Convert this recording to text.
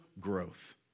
growth